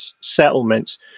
settlements